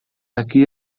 aquí